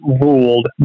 ruled